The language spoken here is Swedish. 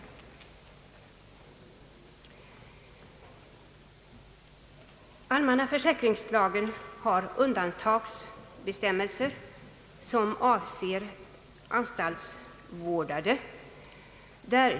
Allmänna försäkringslagen har undantagsbestämmelser, som gäller anstaltsvårdade.